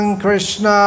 Krishna